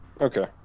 Okay